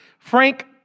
Frank